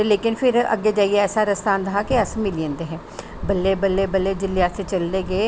लेकिन फिर अग्गे जाइयै ऐसा रस्ता आंदा हा कि अस मिली जंदे है बल्लें बल्लें जिसले अस चलदे गे